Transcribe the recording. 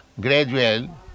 gradual